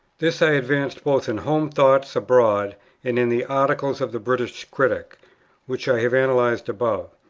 this i advanced both in home thoughts abroad and in the article of the british critic which i have analyzed above.